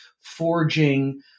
forging